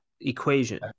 equation